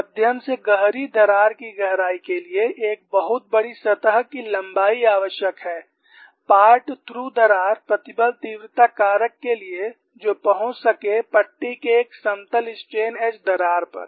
मध्यम से गहरी दरार की गहराई के लिए एक बहुत बड़ी सतह की लंबाई आवश्यक है पार्ट थ्रू दरार प्रतिबल तीव्रता कारक के लिए जो पहुँच सके पट्टी के एक समतल स्ट्रेन एज दरार पर